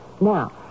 Now